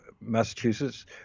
Massachusetts